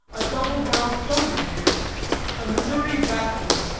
a double-barreled gun in hand a missouri bachelor,